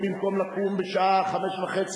במקום לקום בשעה 05:00,